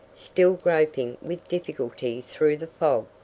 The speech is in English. still groping with difficulty through the fog.